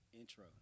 intro